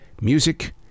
music